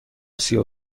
سیاه